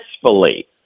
successfully